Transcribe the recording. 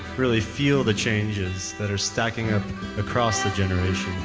really feel the changes that are stacking up across the generations.